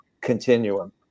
continuum